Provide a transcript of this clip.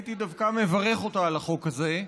הייתי דווקא מברך אותך על החוק הזה.